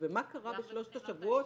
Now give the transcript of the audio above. ----- ומה קרה בשלושת השבועות